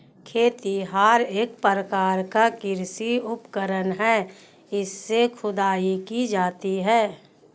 खेतिहर एक प्रकार का कृषि उपकरण है इससे खुदाई की जाती है